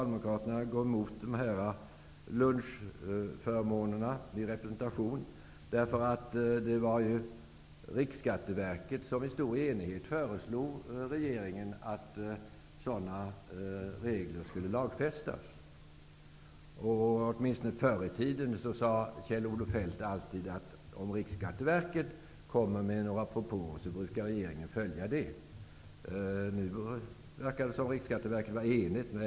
Det var ju Riksskatteverket som i stor enighet föreslog regeringen att sådana regler skulle lagfästas. Åtminstone förr i tiden sade Kjell-Olof Feldt alltid att om Riksskatteverket kommer med några propåer så brukar regeringen följa dem. Det verkar som om Riksskatteverket var enigt i denna fråga.